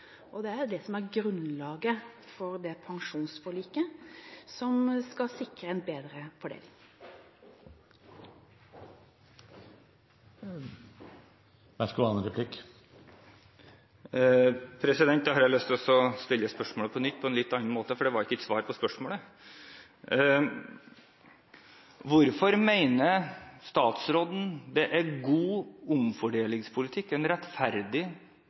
og det er jo de enslige fordi de har høyere kostnader. Og det er det som er grunnlaget for dette pensjonsforliket, å sikre en bedre fordeling. Jeg har lyst til å stille spørsmålet på nytt, på en litt annen måte, fordi det svaret jeg fikk, var ikke et svar på spørsmålet. Hvorfor mener statsråden det er god omfordelingspolitikk – en rettferdig